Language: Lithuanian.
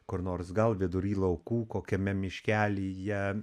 kur nors gal vidury laukų kokiame miškelyje